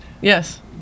Yes